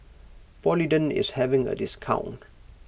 Polident is having a discount